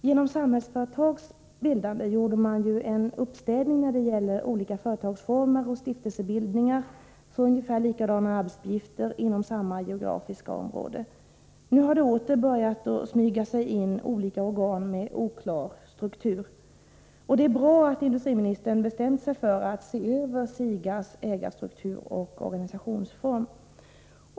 Genom Samhällsföretags bildande gjorde man en uppstädning när det gäller olika företagsformer och stiftelsebildningar för verksamheter med ungefär likadana arbetsuppgifter inom samma geografiska område. Nu har emellertid olika organ med oklar struktur åter börjat smyga sig in. Det är bra att industriministern har bestämt sig för att se över SIGA:s ägarstruktur och organisationsform.